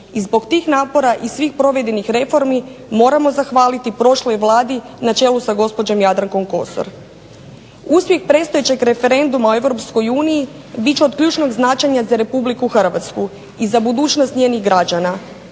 I zbog tih napora i svih provedenih reformi moramo zahvaliti prošloj Vladi na čelu sa gospođom Jadrankom Kosor. Uspjeh predstojećeg referenduma o EU bit će od ključnog značenja za RH i za budućnost njezinih građana.